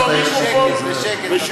טלפון, כן, חברת הכנסת איילת נחמיאס ורבין.